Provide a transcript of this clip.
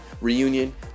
Reunion